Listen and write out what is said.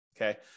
Okay